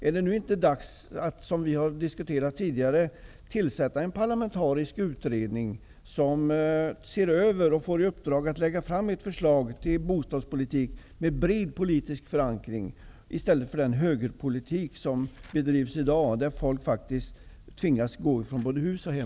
Är det inte dags att, som vi har diskuterat tidigare, tillsätta en parlamentarisk utredning som ser över detta och får i uppdrag att lägga fram ett förslag till bostadspolitik med en bred politisk förankring i stället för den högerpolitik som bedrivs i dag och som faktiskt innebär att folk tvingas gå från hus och hem?